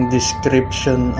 description